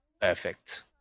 Perfect